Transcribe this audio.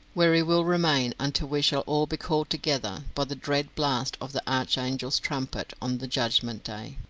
where he will remain until we shall all be called together by the dread blast of the archangel's trumpet on the judgment day.